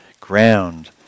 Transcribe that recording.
ground